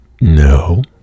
no